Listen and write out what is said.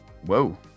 Whoa